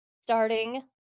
starting